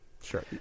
Sure